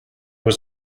was